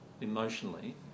emotionally